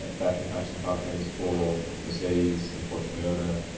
battery packs and power trains for mercedes and for toyota.